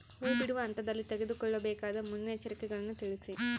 ಹೂ ಬಿಡುವ ಹಂತದಲ್ಲಿ ತೆಗೆದುಕೊಳ್ಳಬೇಕಾದ ಮುನ್ನೆಚ್ಚರಿಕೆಗಳನ್ನು ತಿಳಿಸಿ?